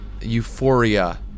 euphoria